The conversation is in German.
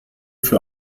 für